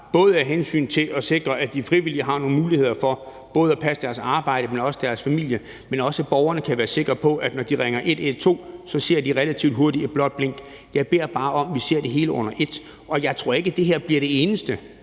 både for at sikre, at de frivillige har nogle muligheder for både at passe deres arbejde, men også deres familie, men også for at borgerne kan være sikre på, at når de ringer 112, ser de relativt hurtigt et blåt blink. Jeg beder bare om, at vi ser det hele under ét. Og jeg tror ikke, at det her bliver det eneste,